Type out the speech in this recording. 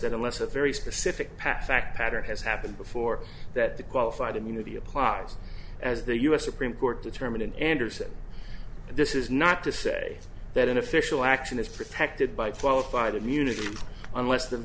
that unless a very specific past fact pattern has happened before that the qualified immunity applies as the us supreme court determined anderson this is not to say that an official action is protected by qualified immunity unless the